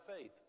faith